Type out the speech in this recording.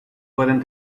pueden